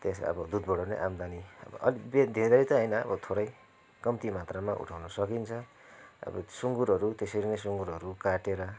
अब दुधबाट नै आमदानी धेरै त होइन अलि थोरै कम्ति मात्रामा उठाउनु सकिन्छ अब सुँगुरहरू त्यसरी नै सुँगुरहरू काटेर